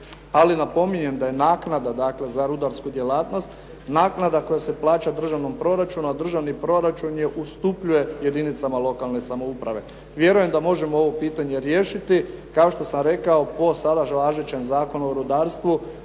ali napominjem da je naknada za rudarsku djelatnost naknada koja se plaća državnom proračunu a državni proračun je ustupljuje jedinicama lokalne samouprave. Vjerujem da možemo ovo pitanje riješiti. Kao što sam rekao po sada važećem Zakonu o rudarstvu